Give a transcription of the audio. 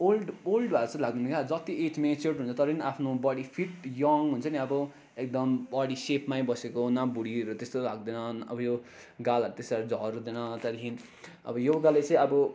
old old भएको जस्तो लाग्दैन क्या जति एज मेच्योड हुन्छ तर पनि आफ्नो बडी फिट यङ हुन्छ नि अब एकदम बडी सेपमै बसेको न भुँडीहरू त्यस्तो लाग्दैन अब यो गालाहरू त्यस्तो साह्रो झर्दैन त्यहाँदेखि अब योगाले चाहिँ अब